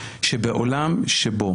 שבעולם שבו,